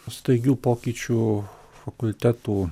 staigių pokyčių fakultetų